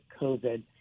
COVID